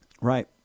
Right